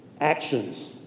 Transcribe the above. actions